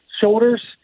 shoulders